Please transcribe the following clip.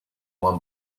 one